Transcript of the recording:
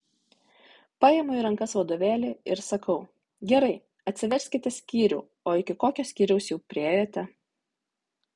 paimu į rankas vadovėlį ir sakau gerai atsiverskite skyrių o iki kokio skyriaus jau priėjote